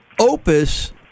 Opus